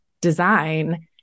design